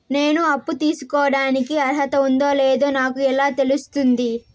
నేను అప్పు తీసుకోడానికి అర్హత ఉందో లేదో నాకు ఎలా తెలుస్తుంది?